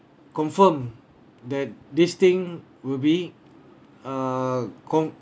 confirm that this thing will be uh con~